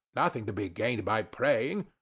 nothing to be gained by praying,